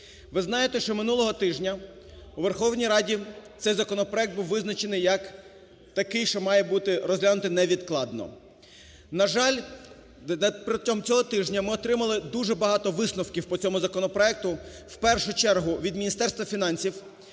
Ви знаєте, що минулого тижня у Верховній Раді цей законопроект був визначений як такий, що має бути розглянутий невідкладно. На жаль, протягом цього тижня ми отримали дуже багато висновків по цьому законопроекту, в першу чергу, від Міністерства фінансів,